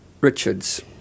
Richards